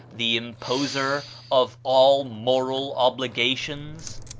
the imposer of all moral obligations?